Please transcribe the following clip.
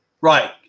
Right